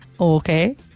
okay